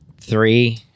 Three